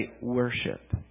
worship